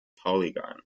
polygon